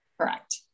Correct